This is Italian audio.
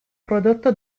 prodotto